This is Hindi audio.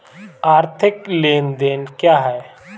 आर्थिक लेनदेन क्या है?